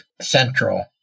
central